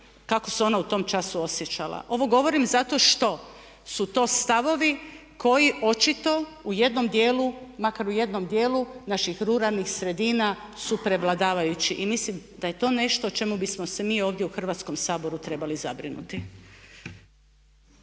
kako se ona u tom času osjećala. Ovo govorim zato što su to stavovi koji očito u jednom dijelu, makar u jednom dijelu naših ruralnih sredina su prevladavajući i mislim da je to nešto o čemu bismo se mi ovdje u Hrvatskom saboru trebali zabrinuti.